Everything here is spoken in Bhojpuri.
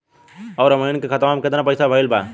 और अब हमनी के खतावा में कितना पैसा ज्यादा भईल बा?